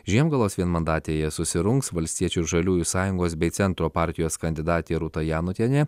žiemgalos vienmandatėje susirungs valstiečių ir žaliųjų sąjungos bei centro partijos kandidatė rūta janutienė